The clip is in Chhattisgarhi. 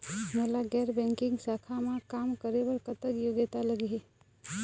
मोला गैर बैंकिंग शाखा मा काम करे बर कतक योग्यता लगही?